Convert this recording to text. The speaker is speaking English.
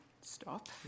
stop